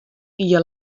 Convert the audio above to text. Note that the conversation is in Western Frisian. jier